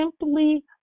simply